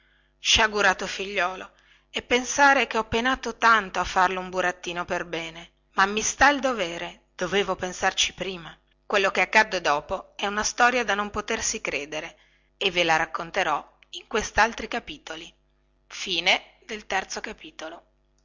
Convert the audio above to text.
sciagurato figliuolo e pensare che ho penato tanto a farlo un burattino per bene ma mi sta il dovere dovevo pensarci prima quello che accadde dopo è una storia da non potersi credere e ve la racconterò in questaltri